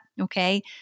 Okay